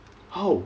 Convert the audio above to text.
how